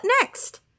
next